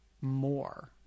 more